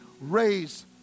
raised